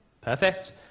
Perfect